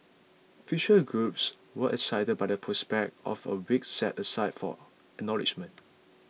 featured groups were excited by the prospect of a week set aside for acknowledgement